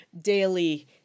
daily